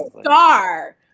star